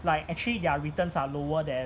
like actually their returns are lower than